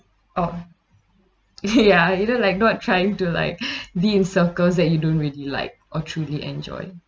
oh ya either like not trying to like be in circles that you don't really like or truly enjoy